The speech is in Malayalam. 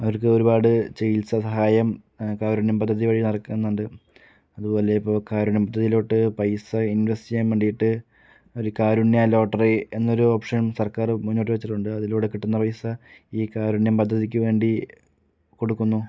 അവർക്ക് ഒരുപാട് ചികിത്സ സഹായം കാരുണ്യം പദ്ധതി വഴി നടക്കുന്നുണ്ട് അതുപോലെ ഇപ്പോൾ കാരുണ്യം പദ്ധതിയിലോട്ട് പൈസ ഇൻവെസ്റ്റ് ചെയ്യാൻ വേണ്ടിയിട്ട് ഒരു കാരുണ്യ ലോട്ടറി എന്നൊരു ഓപ്ഷൻ സർക്കാർ മുന്നോട്ട് വെച്ചിട്ടുണ്ട് അതിലൂടെ കിട്ടുന്ന പൈസ ഈ കാരുണ്യം പദ്ധതിക്ക് വേണ്ടി കൊടുക്കുന്നു